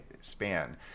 span